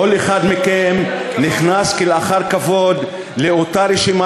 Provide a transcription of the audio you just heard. כל אחד מכם נכנס כלאחר כבוד לאותה רשימה